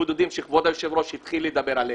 הבודדים שכבוד היושב-ראש התחיל לדבר עליהם,